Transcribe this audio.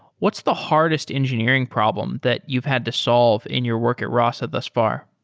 what's the hardest engineering problem that you've had to solve in your work at rasa thus far?